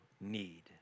need